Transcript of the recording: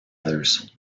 others